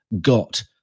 got